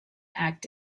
act